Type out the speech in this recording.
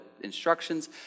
instructions